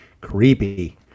Creepy